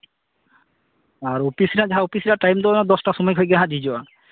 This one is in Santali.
ᱟᱨ ᱚᱯᱤᱥ ᱨᱮᱭᱟᱜ ᱡᱟᱦᱟᱸ ᱚᱯᱤᱥ ᱨᱮᱭᱟᱜ ᱴᱟᱹᱭᱤᱢ ᱫᱚ ᱚᱱᱟ ᱫᱚᱥᱴᱟ ᱥᱚᱢᱚᱭ ᱠᱷᱟᱡ ᱜᱮ ᱦᱟᱸᱜ ᱡᱷᱤᱡᱚᱜᱼᱟ